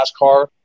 NASCAR